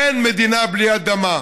אין מדינה בלי אדמה,